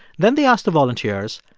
then they asked the volunteers,